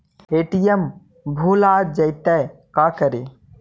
ATM भुला जाये त का करि?